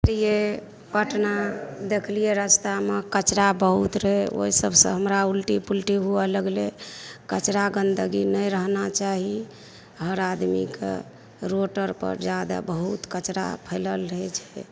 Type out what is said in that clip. यै पटना देखलियै रस्तामे कचरा बहुत रहै ओहि सबसँ हमरा उलटी पुलटी हुअ लगलै कचरा गंदगी नहि रहना चाही हर आदमी कऽ रोड आर पर जादा बहुत कचरा फैलल रहै छै